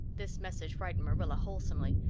this message frightened marilla wholesomely.